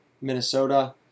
Minnesota